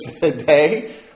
today